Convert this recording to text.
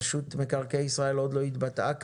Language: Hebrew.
רשות מקרקעי ישראל עוד לא התבטאה כאן,